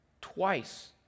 Twice